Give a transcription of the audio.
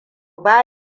ba